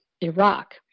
Iraq